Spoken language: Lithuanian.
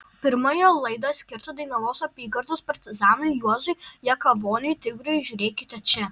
pirmąją laidą skirtą dainavos apygardos partizanui juozui jakavoniui tigrui žiūrėkite čia